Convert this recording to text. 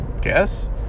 Guess